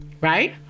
right